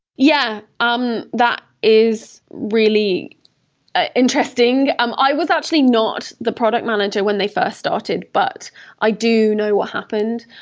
yeah, um that is really ah interesting. um i was absolutely not the product manager when they first started, but i do know what happened.